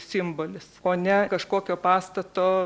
simbolis o ne kažkokio pastato